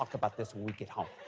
about this when we get home.